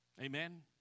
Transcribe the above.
Amen